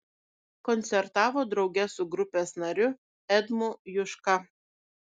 koncertavo drauge su grupės nariu edmu juška